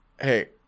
hey